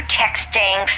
texting